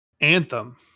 Anthem